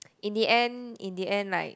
in the end in the end like